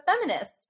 Feminist